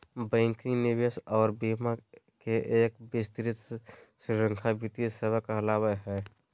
banking, निवेश आर बीमा के एक विस्तृत श्रृंखला वित्तीय सेवा कहलावय हय